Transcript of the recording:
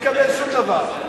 בלי לקבל שום דבר.